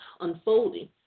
unfolding